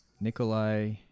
Nikolai